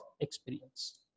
experience